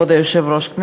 כבוד היושב-ראש,